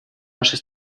нашей